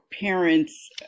parents